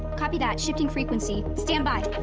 copy that, shifting frequency. standby.